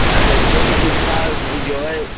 हाँ तो रुकेंगे तो उसका जो है